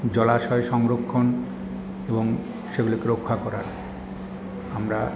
জলাশয় সংরক্ষণ এবং সেগুলোকে রক্ষা করার আমরা